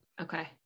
Okay